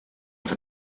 see